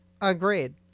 Agreed